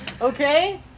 Okay